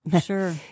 Sure